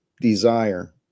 desire